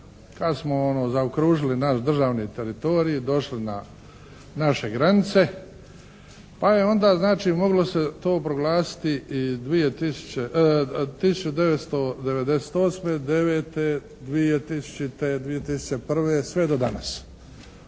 kad smo ono zaokružili naš državni teritorij, došli na naše granice. Pa je onda znači moglo se to proglasiti i 1998., 9., 2000., 2001., sve do danas.